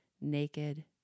naked